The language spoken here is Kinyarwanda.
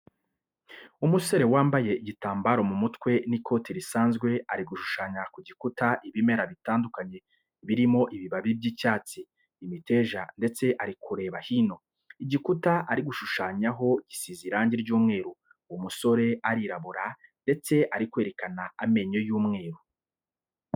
Umusore wambaye igitambaro mu mutwe n'ikoti risanzwe ari gushushanya ku gikuta ibimera bitandukanye birimo ibibabi by'ibyatsi, imiteja ndetse ari kureba hino. Igikuta ari gushushamyaho gisize irange ry'umweru. Uwo musore arirabura ndetse ari kwerekana amenyo y'umweru.